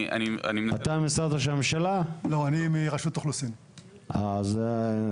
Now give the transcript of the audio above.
כל המערכות האלה הן מערכות מוכרות עם תהליכים מוכרים.